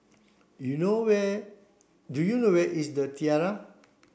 you know where do you know where is The Tiara